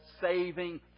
saving